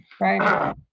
Right